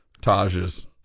Taj's